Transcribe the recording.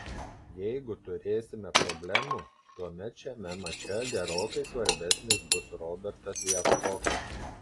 jeigu turėsime problemų tuomet šiame mače gerokai svarbesnis bus robertas javtokas